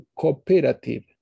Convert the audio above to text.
cooperative